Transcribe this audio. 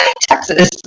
Texas